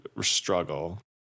struggle